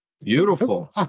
beautiful